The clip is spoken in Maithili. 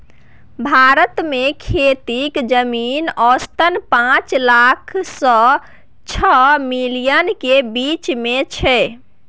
भारत मे खेतीक जमीन औसतन पाँच लाख सँ छअ मिलियन केर बीच मे छै